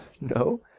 No